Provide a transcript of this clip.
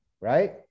right